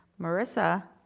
Marissa